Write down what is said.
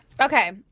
Okay